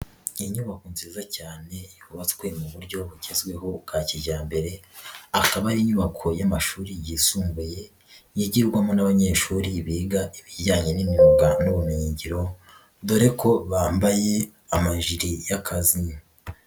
Inyubako nziza cyane yubatswe mu buryo bugezweho bwa kijyambere, akaba ari inyubako y'amashuri yisumbuye yigirwamo n'abanyeshuri biga ibijyanye n'imyuga n'ubumenyingiro dore ko bambaye amajiri y'akazi.